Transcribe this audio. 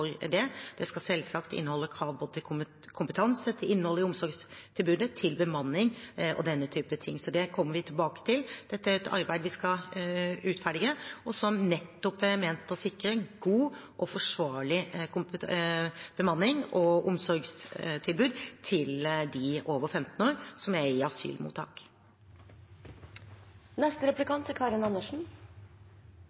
det. Det skal selvsagt inneholde krav både til kompetanse, til innholdet i omsorgstilbudet, til bemanning og den type ting. Det kommer vi tilbake til. Dette er et arbeid vi skal utferdige, og som nettopp er ment å sikre en god og forsvarlig bemanning og et godt og forsvarlig omsorgstilbud til dem over 15 år som er i asylmottak.